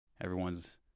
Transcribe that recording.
Everyone's